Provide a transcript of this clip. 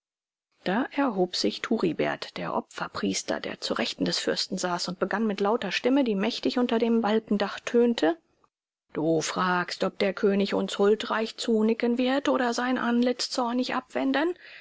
da erhob sich turibert der opferpriester der zur rechten des fürsten saß und begann mit lauter stimme die mächtig unter dem balkendach tönte du fragst ob der könig uns huldreich zunicken wird oder sein antlitz zornig abwenden